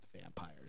vampires